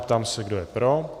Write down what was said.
Ptám se, kdo je pro?